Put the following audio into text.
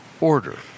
order